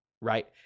Right